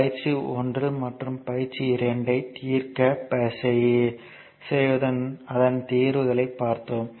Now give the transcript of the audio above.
பயிற்சி 1 மற்றும் பயிற்சி 2 ஐ தீர்க்க செய்து அதன் தீர்வுகளைப் பார்த்தோம்